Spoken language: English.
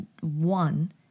one